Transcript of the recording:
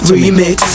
Remix